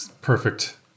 perfect